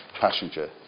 passenger